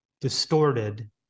distorted